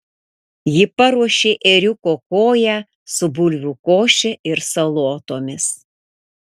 ji paruošė ėriuko koją su bulvių koše ir salotomis